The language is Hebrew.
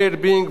מאיר בינג,